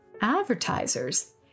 Advertisers